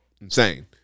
insane